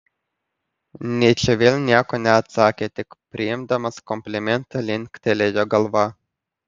nyčė vėl nieko neatsakė tik priimdamas komplimentą linktelėjo galva